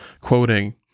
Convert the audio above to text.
quoting